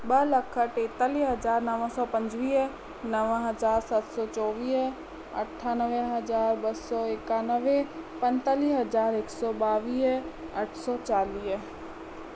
ॿ लख टेतालीह हज़ार नव सौ पंजुवीह नव हज़ार सत सौ चोवीह अठानवे हज़ार ॿ सौ एकानवे पंजुतालीह हज़ार हिकु सौ ॿावीह अठ सौ चालीह